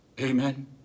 Amen